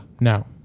no